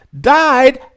died